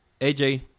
AJ